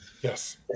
Yes